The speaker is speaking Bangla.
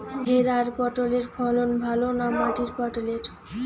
ভেরার পটলের ফলন ভালো না মাটির পটলের?